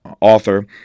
author